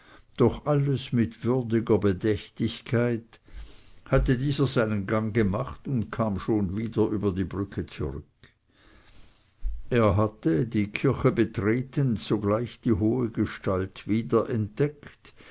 doch alles mit würdiger bedächtigkeit hatte dieser seinen gang gemacht und kam schon wieder über die brücke zurück er hatte die kirche betretend sogleich die hohe gestalt wiederentdeckt